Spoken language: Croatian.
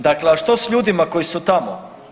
Dakle, a što s ljudima koji su tamo?